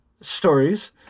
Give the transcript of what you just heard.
stories